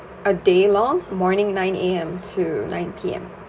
a day long morning nine A_M to nine P_M